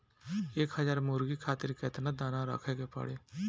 एक हज़ार मुर्गी खातिर केतना दाना रखे के पड़ी?